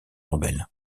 rebelles